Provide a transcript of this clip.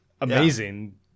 amazing